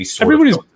everybody's